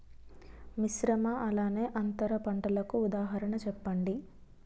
మిశ్రమ అలానే అంతర పంటలకు ఉదాహరణ చెప్పండి?